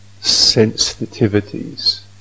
sensitivities